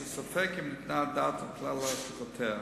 שספק אם ניתנה הדעת לכלל השלכותיה.